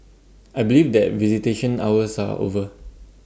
I believe that visitation hours are over